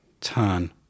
turn